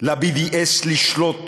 ל-BDS לשלוט